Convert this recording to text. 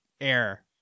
air